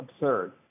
absurd